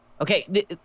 Okay